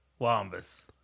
Wombus